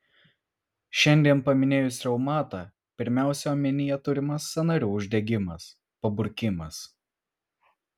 šiandien paminėjus reumatą pirmiausia omenyje turimas sąnarių uždegimas paburkimas